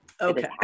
Okay